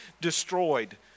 destroyed